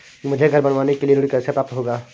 मुझे घर बनवाने के लिए ऋण कैसे प्राप्त होगा?